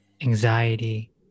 anxiety